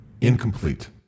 incomplete